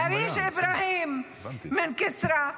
אריג' איברהים מכפר כסרא,